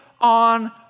on